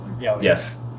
Yes